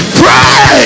pray